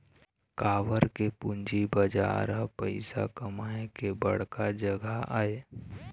काबर के पूंजी बजार ह पइसा कमाए के बड़का जघा आय